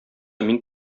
мин